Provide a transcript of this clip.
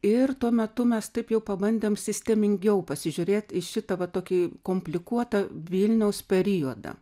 ir tuo metu mes taip jau pabandėm sistemingiau pasižiūrėt į šitą va tokį komplikuotą vilniaus periodą